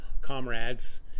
comrades